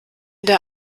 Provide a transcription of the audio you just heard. der